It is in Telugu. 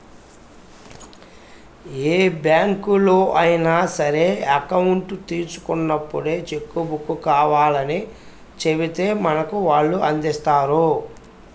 ఏ బ్యాంకులో అయినా సరే అకౌంట్ తీసుకున్నప్పుడే చెక్కు బుక్కు కావాలని చెబితే మనకు వాళ్ళు అందిస్తారు